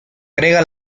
agrega